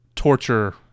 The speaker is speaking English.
torture